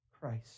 Christ